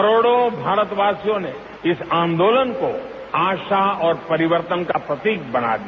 करोड़ो भारतवासियों ने इस आंदोलन को आशा और परिवर्तन का प्रतीक बना दिया